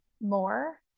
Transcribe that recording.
more